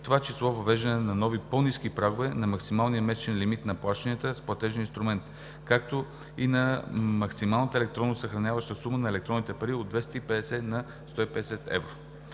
това число въвеждане на новите по-ниски прагове на максималния месечен лимит на плащанията с платежен инструмент, както и на максималната електронно съхранявана сума на електронните пари – от 250 на 150 евро.